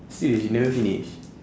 serious you never finished